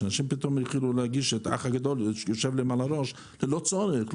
אנשים פתאום התחילו להרגיש שהאח הגדול יושב להם על הראש ללא צורך.